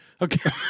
Okay